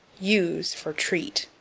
use for treat.